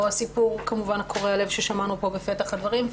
או כמובן הסיפור קורע הלב ששמענו פה בפתח הדברים,